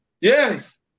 Yes